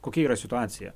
kokia yra situacija